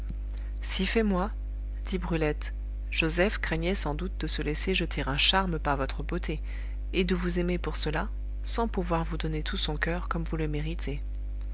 moi dit brulette joseph craignait sans doute de se laisser jeter un charme par votre beauté et de vous aimer pour cela sans pouvoir vous donner tout son coeur comme vous le méritez